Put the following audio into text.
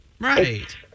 Right